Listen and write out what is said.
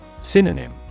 Synonym